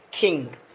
king